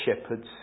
shepherds